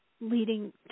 leading